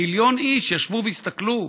מיליון איש ישבו והסתכלו.